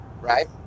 right